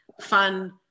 fun